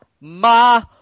Ma